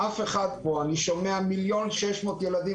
אני שומע על 1,600,000 ילדים.